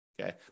Okay